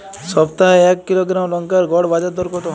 সপ্তাহে এক কিলোগ্রাম লঙ্কার গড় বাজার দর কতো?